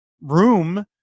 room